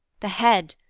the head,